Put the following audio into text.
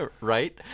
Right